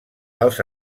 dels